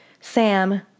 Sam